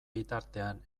bitartean